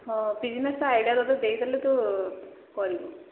ହଉ business idea ତୋତେ ଦେଇ ଦେଲେ ତୁ କରିବୁ